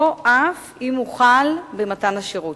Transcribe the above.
אף אם הוחל במתן השירות.